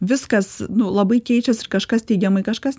viskas nu labai keičias ir kažkas teigiamai kažkas